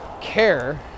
care